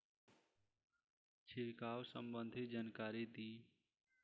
छिड़काव संबंधित जानकारी दी?